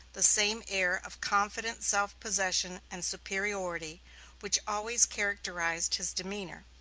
the same air of confident self-possession and superiority which always characterized his demeanor.